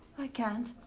i can't.